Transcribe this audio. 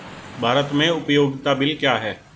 भारत में उपयोगिता बिल क्या हैं?